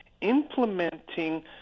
implementing